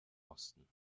osten